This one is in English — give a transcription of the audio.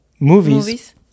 movies